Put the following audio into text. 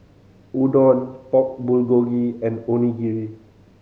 Udon Pork Bulgogi and Onigiri